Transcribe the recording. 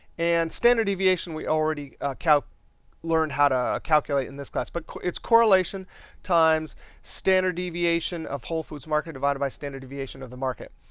and standard deviation we already learned how to calculate in this class. but it's correlation times standard deviation of whole foods market divided by standard deviation of the market.